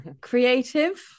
Creative